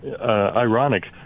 ironic